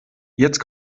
jetzt